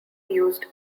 used